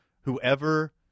Whoever